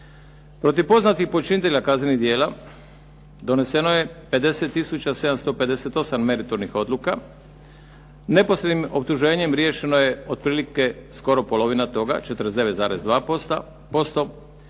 Protiv poznatih počinitelja kaznenih djela doneseno je 50758 meritornih odluka. Neposrednim optuženjem riješeno je otprilike skoro polovina toga 49,2%,